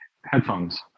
headphones